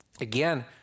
Again